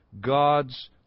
God's